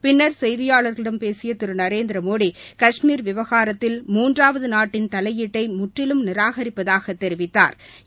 பின்னர் செய்தியாளர்களிடம் பேசிய திரு நரேந்திரமோடி கஷ்மீர் விவகாரத்தில் மூன்றாவது நாட்டின் தலையீட்டை முற்றிலும் நிராகரிப்பதாக தெரிவித்தாா்